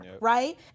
right